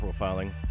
profiling